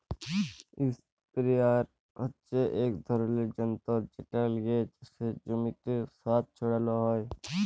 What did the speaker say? ইসপেরেয়ার হচ্যে এক ধরলের যন্তর যেট লিয়ে চাসের জমিতে সার ছড়ালো হয়